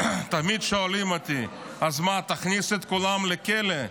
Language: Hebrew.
תמיד שואלים אותי: אז מה, תכניס את כולם לכלא?